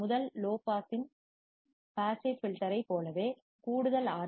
முதல் லோ பாஸின் passive filter ஐப் போலவே கூடுதல் ஆர்